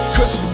Cause